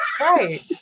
Right